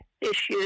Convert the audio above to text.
issues